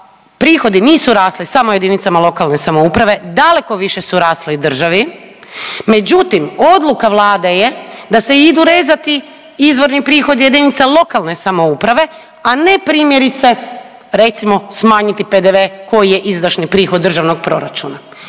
prihodi nisu rasli samo jedinicama lokalne samouprave, daleko više su rasli i državi. Međutim, odluka Vlade je da se idu rezati izvorni prihodi jedinica lokalne samouprave a ne primjerice recimo smanjiti PDV koji je izdašni prihod državnog proračuna.